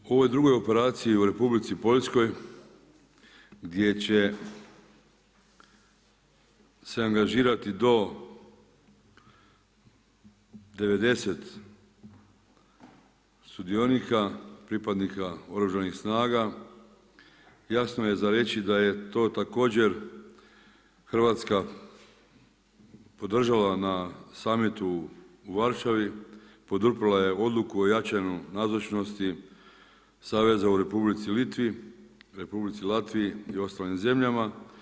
U ovoj drugoj operaciji u Republici Poljskoj gdje će se angažirati do 90 sudionika, pripadnika Oružanih snaga, jasno je za reći da je to također Hrvatska podržala na samitu u Varšavi, poduprla je odluku o jačanju nazočnosti saveza u Republici Litvi, Republici Latviji i ostalim zemljama.